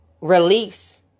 release